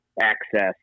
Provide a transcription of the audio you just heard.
access